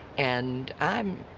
and i'm.